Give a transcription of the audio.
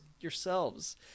yourselves